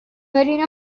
putting